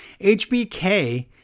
HBK